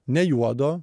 ne juodo